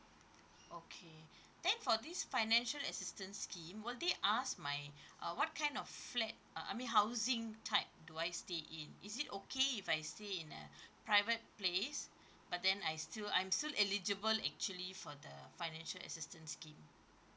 okay then for this financial assistance scheme will they ask my uh what kind of flat uh I mean housing type do I stay in is it okay if I stay in a private place but then I still I'm still eligible actually for the financial assistance scheme